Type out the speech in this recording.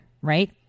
right